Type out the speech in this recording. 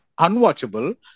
unwatchable